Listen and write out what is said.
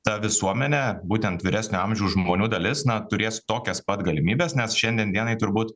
ta visuomenė būtent vyresnio amžiaus žmonių dalis na turės tokias pat galimybes nes šiandien dienai turbūt